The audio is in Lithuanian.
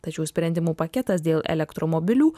tačiau sprendimų paketas dėl elektromobilių